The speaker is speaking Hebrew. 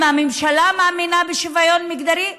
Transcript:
אם הממשלה מאמינה בשוויון מגדרי,